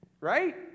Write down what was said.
Right